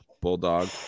bulldog